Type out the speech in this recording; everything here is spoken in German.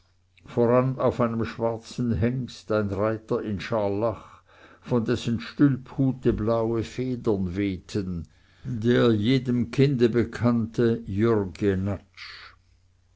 voran auf einem schwarzen hengst ein reiter in scharlach von dessen stülphute blaue federn wehten der jedem kinde bekannte jürg